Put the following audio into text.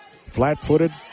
Flat-footed